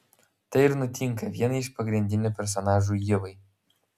tai ir nutinka vienai iš pagrindinių personažų ievai